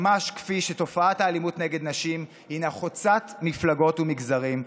ממש כפי שתופעת האלימות נגד נשים חוצה מפלגות ומגזרים,